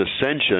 ascension